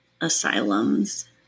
asylums